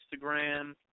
Instagram